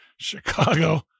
Chicago